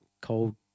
cold